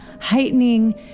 heightening